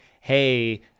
hey